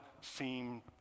seem